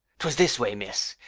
twas this way, miss.